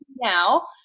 now